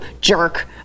jerk